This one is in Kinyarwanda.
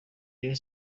rayon